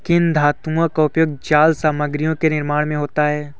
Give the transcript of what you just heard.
किन धातुओं का उपयोग जाल सामग्रियों के निर्माण में होता है?